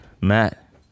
Matt